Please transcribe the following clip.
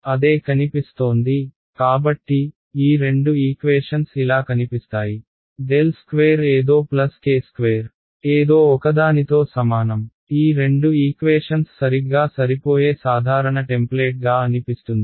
అదే కనిపిస్తోంది కాబట్టి ఈ రెండు ఈక్వేషన్స్ ఇలా కనిపిస్తాయి ▽2 ఏదో ప్లస్ k² ఏదో ఒకదానితో సమానం ఈ రెండు ఈక్వేషన్స్ సరిగ్గా సరిపోయే సాధారణ టెంప్లేట్గా అనిపిస్తుంది